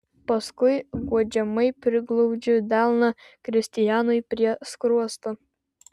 paskui guodžiamai priglaudžiu delną kristianui prie skruosto